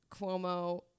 Cuomo